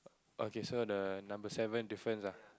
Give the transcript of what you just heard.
okay so the number seven difference ah